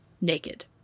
naked